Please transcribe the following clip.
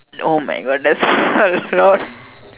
oh my God that's a lot